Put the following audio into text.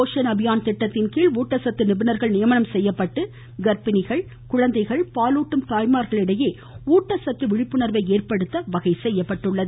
போஷன் அபியான் திட்டத்தின்கீழ் ஊட்டச்சத்து நிபுணர்கள் நியமனம் செய்யப்பட்டு கா்ப்பிணிகள் குழந்தைகள் பாலூட்டும் தாய்மார்களிடையே ஊட்டசத்து விழிப்புணர்வை ஏற்படுத்த வகைசெய்யப்பட்டுள்ளது